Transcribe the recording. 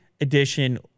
edition